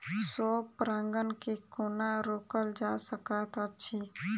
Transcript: स्व परागण केँ कोना रोकल जा सकैत अछि?